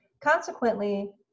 Consequently